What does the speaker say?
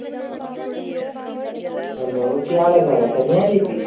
hello केह् हाल ऐ थुआढ़ा करी आए ड्यूटी